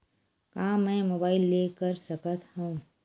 का मै मोबाइल ले कर सकत हव?